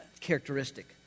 characteristic